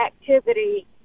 activity